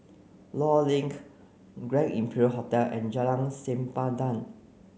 Law Link Grand Imperial Hotel and Jalan Sempadan